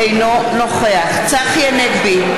אינו נוכח צחי הנגבי,